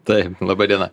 taip laba diena